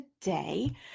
today